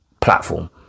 platform